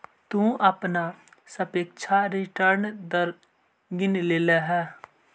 तु अपना सापेक्ष रिटर्न दर गिन लेलह